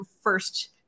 First